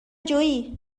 جویی